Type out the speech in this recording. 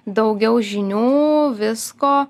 daugiau žinių visko